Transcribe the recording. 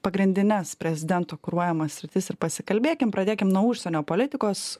pagrindines prezidento kuruojamas sritis ir pasikalbėkim pradėkime nuo užsienio politikos